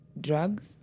drugs